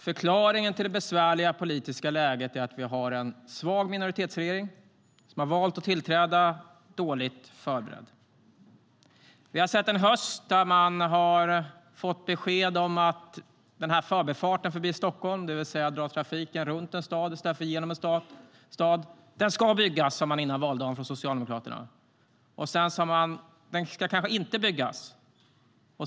Förklaringen till det besvärliga politiska läget är att vi har en svag minoritetsregering som har valt att tillträda dåligt förberedd. Vi har sett en höst där man har fått besked om att Förbifarten förbi Stockholm - det handlar alltså om att dra trafiken runt en stad i stället för genom en stad - ska byggas. Det sa man från Socialdemokraterna före valdagen. Sedan sa man: Den ska kanske inte byggas.